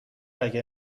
اگه